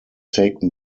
taken